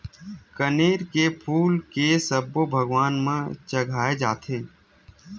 कनेर के फूल के सब्बो भगवान म चघाय जाथे